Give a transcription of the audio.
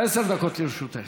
עשר דקות לרשותך.